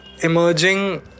emerging